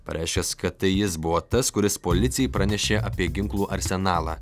pareiškęs kad tai jis buvo tas kuris policijai pranešė apie ginklų arsenalą